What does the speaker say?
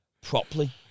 properly